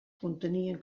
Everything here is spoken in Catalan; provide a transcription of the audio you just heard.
contenien